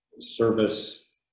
service